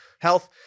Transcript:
health